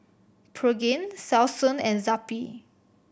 Pregain Selsun and Zappy